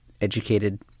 educated